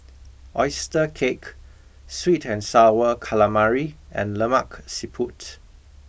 Oyster Cake Sweet and Sour Calamari and Lemak Siput